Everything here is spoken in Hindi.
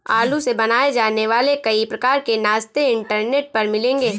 आलू से बनाए जाने वाले कई प्रकार के नाश्ते इंटरनेट पर मिलेंगे